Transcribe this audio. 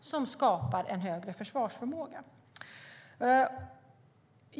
som skapar en högre försvarsförmåga.